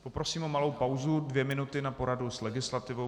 Poprosím o malou pauzu, dvě minuty, na poradu s legislativou.